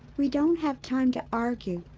we don't have time to argue.